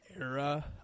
era